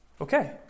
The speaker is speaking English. Okay